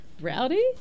Rowdy